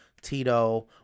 Tito